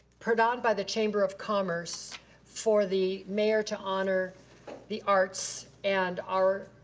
put on by the chamber of commerce for the mayor to honor the arts and our